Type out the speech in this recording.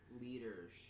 leadership